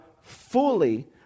fully